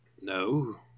No